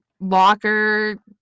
locker